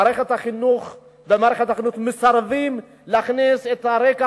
במערכת החינוך מסרבים להכניס את הרקע